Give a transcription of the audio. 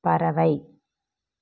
பறவை